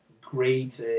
great